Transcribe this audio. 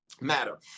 matter